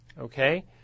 Okay